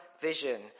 vision